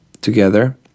together